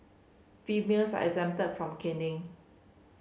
females are exempted from caning